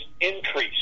increase